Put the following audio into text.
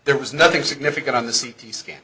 there was nothing significant on the c t scan